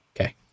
Okay